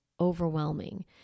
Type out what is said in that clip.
overwhelming